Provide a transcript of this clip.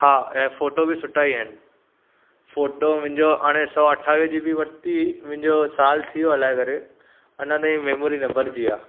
हा ऐं फोटो बि सुठा ई आहिनि फोटो मुंहिंजो हाणे सौ अठावीह जीबी वरिती हुई मुंहिंजो सालु थियो हलाए करे अञा ताईं मेमोरी न भरिजी आहे